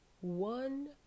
one